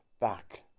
back